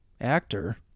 actor